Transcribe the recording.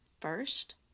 First